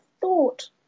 thought